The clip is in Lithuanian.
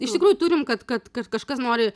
iš tikrųjų turim kad kad kažkas nori